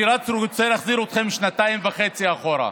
אני רק רוצה להחזיר אתכם שנתיים וחצי אחורה.